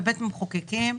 בבית המחוקקים,